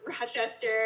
Rochester